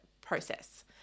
process